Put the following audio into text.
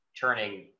turning